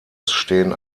stehen